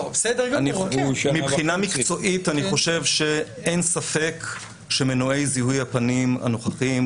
מבחינה מקצועית אני חושב שאין ספק שמנועי זיהוי הפנים הנוכחיים,